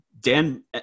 Dan